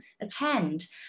attend